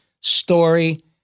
story